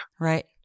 right